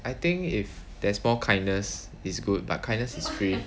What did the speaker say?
I think if there's more kindness is good but kindness is free